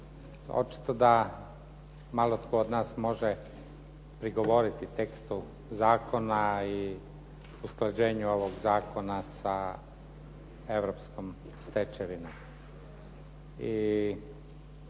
Očito da malo tko od nas može prigovoriti tekstu zakona i usklađenju ovog zakona sa europskom stečevinom.